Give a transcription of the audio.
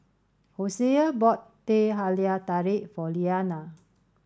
Hosea bought Teh Halia Tarik for Leanna